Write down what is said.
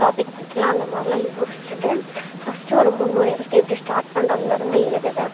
topic வைக்கலாம் அந்த மாதிரிலாம் யோஸ்சிவிட்டு ஃபர்ஸ்ட்டு ஒரு முன்னுரை ஃபர்ஸ்ட்டு எப்படி ஸ்டார்ட் பண்ணுறதுலருந்து எழுதுவேன்